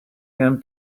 him